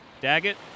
Daggett